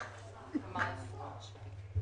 אני.